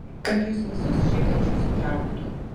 kad jus visus šikančius sutrauktų